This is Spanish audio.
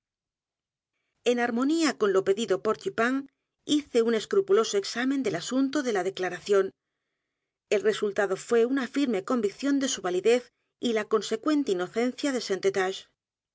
n armonía con lo pedido p o r dupin hice un escrupuloso examen del asunto de la declaración el resultado fué una firme convicción de su validez y la consecuente inocencia de